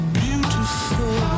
beautiful